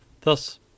Thus